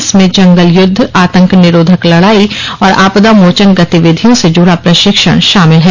इसमें जंगल युद्ध आतंक निरोधक लड़ाई और आपदा मोचन गतिविधियों से जुड़ा प्रशिक्षण शामिल है